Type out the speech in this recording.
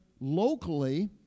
locally